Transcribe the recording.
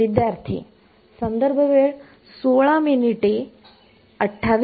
विद्यार्थी r